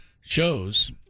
shows